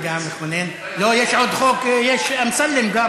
יש אמסלם, גם.